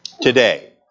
today